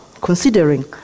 considering